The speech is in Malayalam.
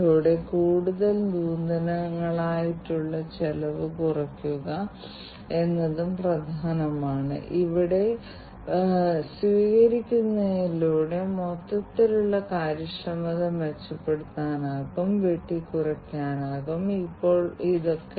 IoT സാങ്കേതികവിദ്യകൾ ധാരാളം ആപ്ലിക്കേഷനുകൾ കണ്ടെത്തിയിട്ടുണ്ട് ഈ വ്യത്യസ്ത IIoT സാങ്കേതികവിദ്യകൾ സ്വീകരിച്ചുകൊണ്ട് വ്യവസായങ്ങളിലെ തൊഴിലാളികളുടെ സുരക്ഷ മെച്ചപ്പെടുത്തുന്നതിനായി IoT മെച്ചപ്പെടുത്തുന്നതിനായി ലോകമെമ്പാടും പ്രവർത്തിക്കുന്ന വ്യത്യസ്ത പ്രോജക്ടുകൾ ഉണ്ട്